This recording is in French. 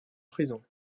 prison